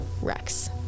Rex